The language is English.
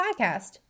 Podcast